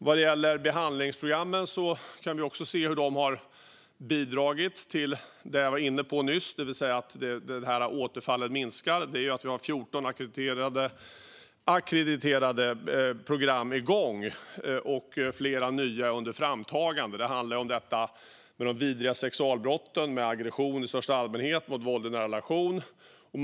Vad gäller behandlingsprogrammen kan vi se att de också har bidragit till det jag var inne på nyss, det vill säga att återfallen minskar. Vi har 14 ackrediterade program igång och flera nya under framtagande; det handlar om detta med de vidriga sexualbrotten, med aggression i största allmänhet och med våld i nära relationer.